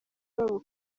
babo